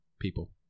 people